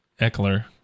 Eckler